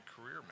career